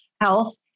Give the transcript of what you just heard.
health